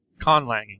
conlanging